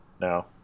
No